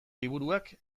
liburuak